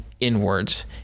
inwards